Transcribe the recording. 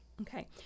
okay